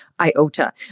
iota